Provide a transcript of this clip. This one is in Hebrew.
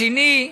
השני,